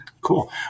Cool